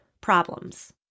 problems